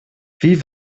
wie